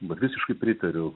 vat visiškai pritariu